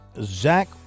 Zach